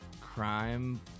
crime